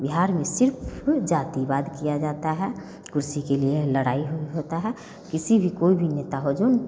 बिहार में से वो जातिवाद किया जाता है कुर्सी के लिए ल लड़ाई भी हो होता है किसी भी कोई भी नेता हो जाए